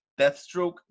Deathstroke